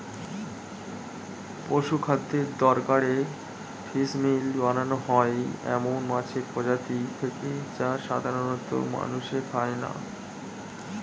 পশুখাদ্যের দরকারে ফিসমিল বানানো হয় এমন মাছের প্রজাতি থেকে যা সাধারনত মানুষে খায় না